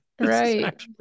Right